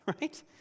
right